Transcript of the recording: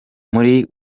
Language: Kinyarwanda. muri